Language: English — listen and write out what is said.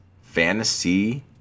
fantasy